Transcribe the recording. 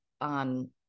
on